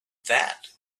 that